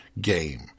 game